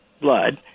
blood